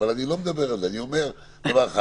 ישנו גם מנגנון דיווח לוועדת